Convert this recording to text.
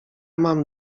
mam